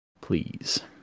please